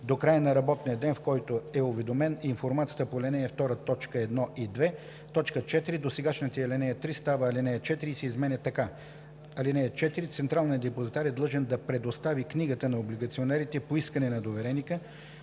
до края на работния ден, в който е уведомен, информацията по ал. 2, т. 1 и 2.”. 4. Досегашната ал. 3 става ал. 4 и се изменя така: „(4) Централният депозитар е длъжен да предостави книгата на облигационерите по искане на довереника,